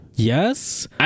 Yes